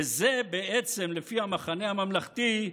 וזה בעצם, לפי המחנה הממלכתי,